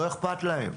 לא איכפת להם.